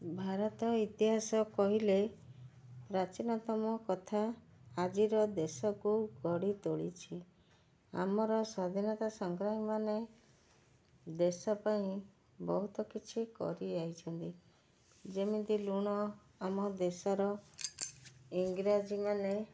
ଭାରତ ଇତିହାସ କହିଲେ ପ୍ରାଚୀନତମ କଥା ଆଜିର ଦେଶକୁ ଗଢ଼ି ତୋଳିଛି ଆମର ସ୍ୱାଧୀନତା ସଂଗ୍ରାମୀମାନେ ଦେଶ ପାଇଁ ବହୁତ କିଛି କରି ଯାଇଛନ୍ତି ଯେମିତି ଲୁଣ ଆମ ଦେଶର ଇଂରାଜୀମାନେ